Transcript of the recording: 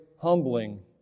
humbling